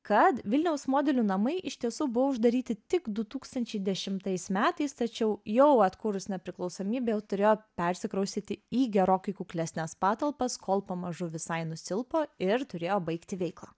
kad vilniaus modelių namai iš tiesų buvo uždaryti tik du tūkstančiai dešimtais metais tačiau jau atkūrus nepriklausomybę jau turėjo persikraustyti į gerokai kuklesnes patalpas kol pamažu visai nusilpo ir turėjo baigti veiklą